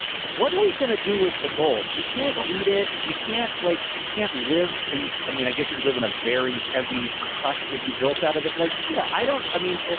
what are we going to do with the gold? you can't eat it. you can't like you can't live in. i mean, i guess you could live in a very heavy hut that you built out of it, like. yeah, i don't. i mean,